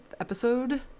episode